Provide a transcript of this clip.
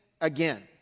again